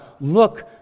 look